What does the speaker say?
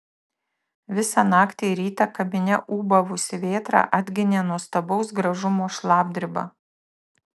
visą naktį ir rytą kamine ūbavusi vėtra atginė nuostabaus gražumo šlapdribą